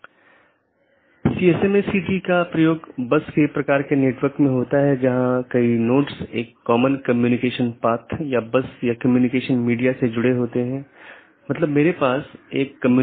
यह केवल उन्हीं नेटवर्कों के विज्ञापन द्वारा पूरा किया जाता है जो उस AS में या तो टर्मिनेट होते हैं या उत्पन्न होता हो यह उस विशेष के भीतर ही सीमित है